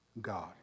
God